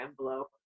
envelope